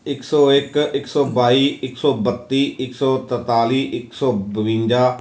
ਇੱਕ ਸੌ ਇੱਕ ਇੱਕ ਸੌ ਬਾਈ ਇੱਕ ਸੌ ਬੱਤੀ ਇੱਕ ਸੌ ਤਰਤਾਲੀ ਇੱਕ ਸੌ ਬਵੰਜਾ